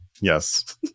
Yes